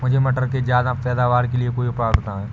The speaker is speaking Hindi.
मुझे मटर के ज्यादा पैदावार के लिए कोई उपाय बताए?